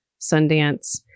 Sundance